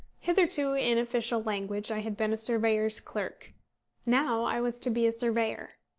hitherto in official language i had been a surveyor's clerk now i was to be a surveyor.